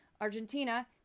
Argentina